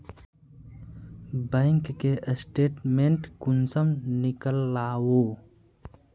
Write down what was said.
Bank के statement कुंसम नीकलावो?